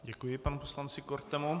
Děkuji panu poslanci Kortemu.